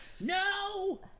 no